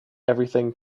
everything